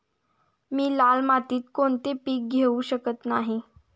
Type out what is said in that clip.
मी लाल मातीत कोणते पीक घेवू शकत नाही?